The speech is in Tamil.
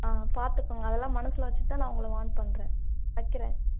ஆ பார்த்துக்கோங்க அதெல்லாம் மனசில் வச்சிட்டு தான் நான் உங்களை வார்ன் பண்ணுறேன் வைக்கிறேன்